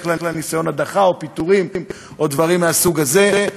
כלל לניסיון הדחה או פיטורים או דברים מהסוג הזה.